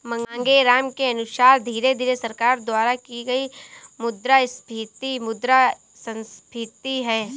मांगेराम के अनुसार धीरे धीरे सरकार द्वारा की गई मुद्रास्फीति मुद्रा संस्फीति है